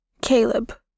Caleb